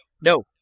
No